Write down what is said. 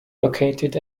located